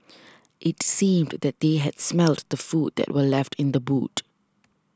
it seemed that they had smelt the food that were left in the boot